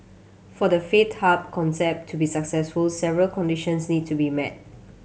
for the faith hub concept to be successful several conditions need to be met